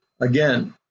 Again